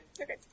Okay